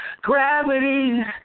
gravity